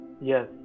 yes